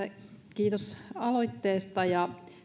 kiitos aloitteesta